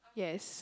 yes